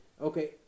Okay